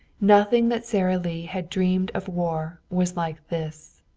nothing that sara lee had dreamed of war was like this.